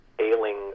ailing